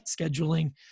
scheduling